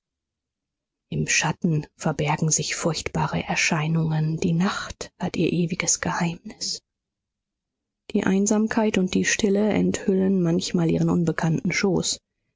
im schatten verbergen sich furchtbare erscheinungen die nacht hat ihr ewiges geheimnis die einsamkeit und die stille enthüllen manchmal ihren unbekannten schoß